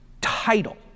title